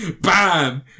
BAM